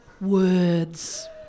words